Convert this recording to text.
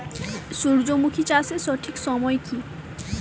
সূর্যমুখী চাষের সঠিক সময় কি?